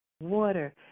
water